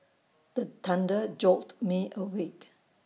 the thunder jolt me awake